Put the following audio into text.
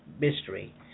mystery